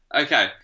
okay